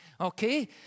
Okay